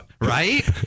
Right